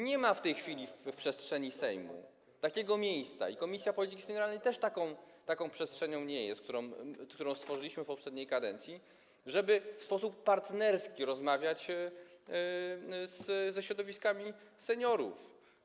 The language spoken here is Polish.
Nie ma w tej chwili w przestrzeni Sejmu takiego miejsca i Komisja Polityki Senioralnej też taką przestrzenią nie jest, którą stworzyliśmy w poprzedniej kadencji, żeby w sposób partnerski rozmawiać ze środowiskami seniorów.